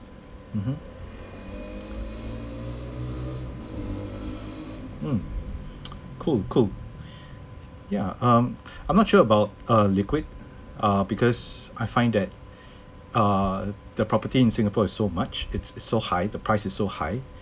mmhmm mm cool cool ya um I'm not sure about uh liquid uh because I find that uh the property in singapore is so much it it's so high the price is so high